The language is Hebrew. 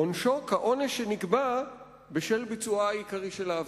עונשו כעונש שנקבע בשל ביצועה העיקרי של העבירה".